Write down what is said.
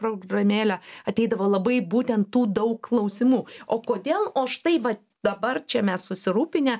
programėlę ateidavo labai būtent tų daug klausimų o kodėl o štai va dabar čia mes susirūpinę